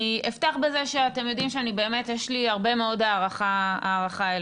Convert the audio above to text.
אני אפתח בזה שאתם יודעים שבאמת יש לי הרבה מאוד הערכה אליכם,